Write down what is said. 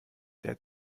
der